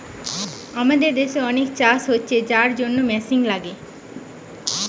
আমাদের দেশে অনেক চাষ হচ্ছে যার জন্যে মেশিন লাগে